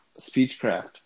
Speechcraft